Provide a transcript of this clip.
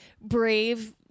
brave